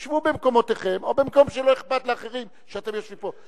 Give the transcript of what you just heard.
שבו במקומותיכם או במקום שלא אכפת לאחרים שאתם יושבים בו.